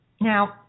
Now